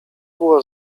było